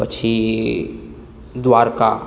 પછી દ્વારકા